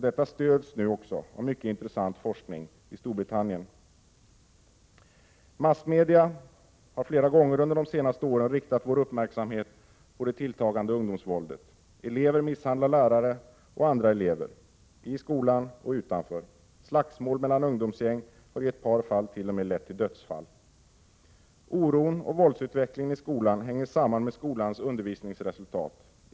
Detta stöds också av mycket intressant forskning i Storbritannien. Massmedierna har flera gånger under de senaste åren riktat vår uppmärksamhet mot det tilltagande ungdomsvåldet. Elever misshandlar lärare och andra elever i skolan och utanför. Slagsmål mellan ungdomsgäng har i ett par fall t.o.m. lett till dödsfall. Oron och våldsutvecklingen i skolan hänger samman med skolans undervisningsresultat.